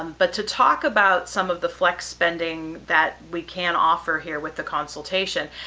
um but to talk about some of the flex spending that we can offer here with the consultation,